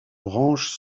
branches